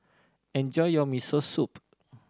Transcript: enjoy your Miso Soup